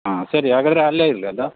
ಹಾಂ ಸರಿ ಹಾಗಾದರೆ ಅಲ್ಲೆ ಇರಲಿ ಅದು